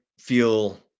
feel